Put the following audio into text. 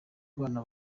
abana